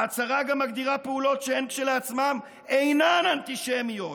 ההצהרה גם מגדירה פעולות שהן כשלעצמן אינן אנטישמיות: